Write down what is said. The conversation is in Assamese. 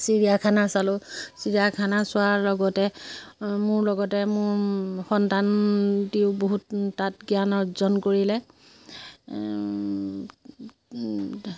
চিৰিয়াখানা চালোঁ চিৰিয়াখানা চোৱাৰ লগতে মোৰ লগতে মোৰ সন্তানটিও বহুত তাত জ্ঞান অৰ্জন কৰিলে